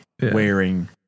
wearing